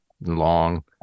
long